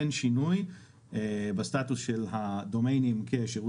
אין שינוי בסטטוס של הדומיינים כשירות